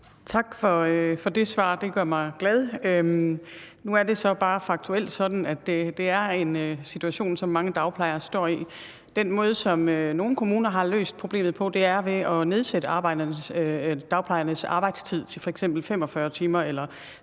Tak for det svar. Det gør mig glad. Nu er det så bare faktuelt sådan, at det er en situation, som mange dagplejere står i. Den måde, som nogle kommuner har løst problemet på, er ved at nedsætte dagplejernes arbejdstid til f.eks. 45 timer eller 44 timer